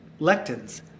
lectins